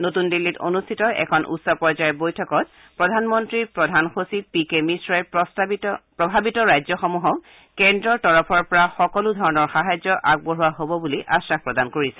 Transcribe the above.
নতুন দিল্লীত অনুষ্ঠিত এখন উচ্চ পৰ্যায়ৰ বৈঠকত প্ৰধানমন্ত্ৰীৰ প্ৰধান সচিব পি কে মিশ্ৰই প্ৰভাৱিত ৰাজ্যসমূহক কেন্দ্ৰৰ তৰফৰ পৰা সকলো ধৰণৰ সাহায্য আগবঢ়োৱা হ'ব বুলি আশ্বাস প্ৰদান কৰিছে